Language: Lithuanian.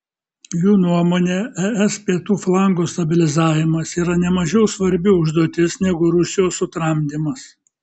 jų nuomone es pietų flango stabilizavimas yra nemažiau svarbi užduotis negu rusijos sutramdymas